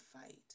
fight